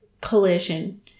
collision